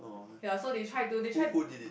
ya so they tried to they tried